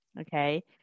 okay